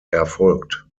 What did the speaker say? erfolgt